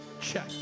check